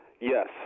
Yes